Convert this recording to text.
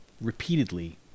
repeatedly